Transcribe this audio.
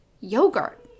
yogurt